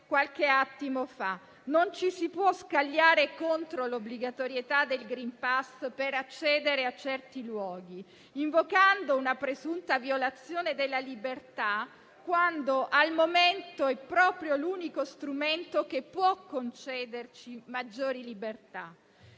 qualche attimo fa. Non ci si può scagliare contro l'obbligatorietà del *green* *pass* per accedere a certi luoghi, invocando una presunta violazione della libertà, quando al momento è proprio l'unico strumento che può concederci maggiori libertà.